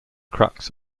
crux